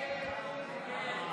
הסתייגות 24 לא נתקבלה.